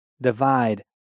divide